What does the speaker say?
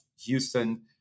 Houston